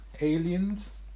aliens